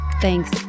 Thanks